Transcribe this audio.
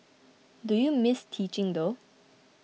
do you miss teaching though